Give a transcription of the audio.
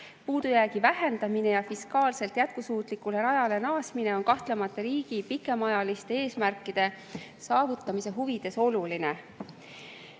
Puudujäägi vähendamine ja fiskaalselt jätkusuutlikule rajale naasmine on kahtlemata riigi pikemaajaliste eesmärkide saavutamise huvides oluline.